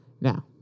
Now